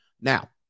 Now